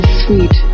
sweet